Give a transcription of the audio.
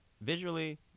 Visually